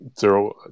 Zero